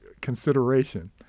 consideration